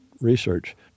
research